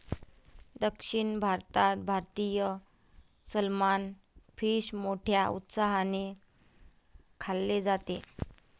दक्षिण भारतात भारतीय सलमान फिश मोठ्या उत्साहाने खाल्ले जाते